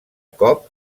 cop